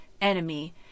enemy